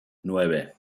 nueve